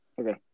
Okay